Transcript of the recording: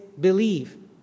believe